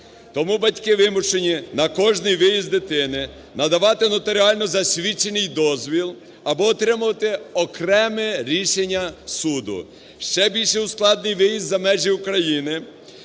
Тому батьки вимушені на кожний виїзд дитини надавати нотаріально засвідчений дозвіл або отримувати окреме рішення суду. Ще більше ускладнень – виїзд за межі України